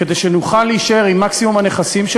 כדי שנוכל להישאר עם מקסימום הנכסים,